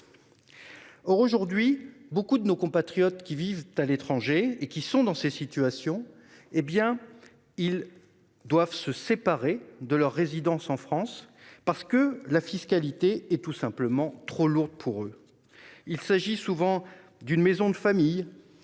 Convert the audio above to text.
Aujourd'hui, nombre de nos compatriotes qui vivent à l'étranger et qui sont dans ces situations doivent se séparer de leur résidence en France, parce que la fiscalité est trop lourde pour eux. Il s'agit souvent d'une maison familiale